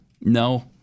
No